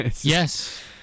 Yes